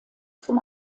zum